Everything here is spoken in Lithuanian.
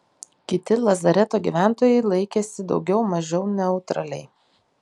kiti lazareto gyventojai laikėsi daugiau mažiau neutraliai